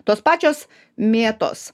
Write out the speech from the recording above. tos pačios mėtos